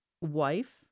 wife